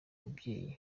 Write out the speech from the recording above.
mubyeyi